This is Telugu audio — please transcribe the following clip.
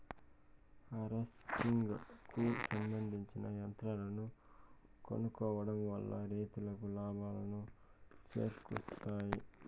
హార్వెస్టింగ్ కు సంబందించిన యంత్రాలను కొనుక్కోవడం వల్ల రైతులకు లాభాలను చేకూరుస్తాయి